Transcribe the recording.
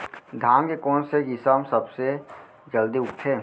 धान के कोन से किसम सबसे जलदी उगथे?